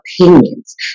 opinions